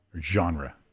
Genre